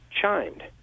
chimed